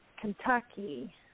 Kentucky